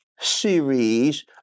series